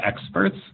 experts